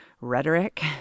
rhetoric